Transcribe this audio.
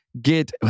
get